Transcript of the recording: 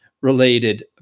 related